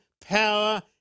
power